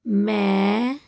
ਮੈਂ